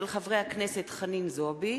הצעת חברי הכנסת חנין זועבי,